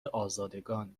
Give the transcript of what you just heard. آزادگان